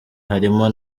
harimo